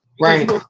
Right